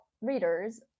readers